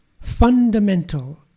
fundamental